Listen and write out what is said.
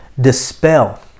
Dispel